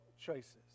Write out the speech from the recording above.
choices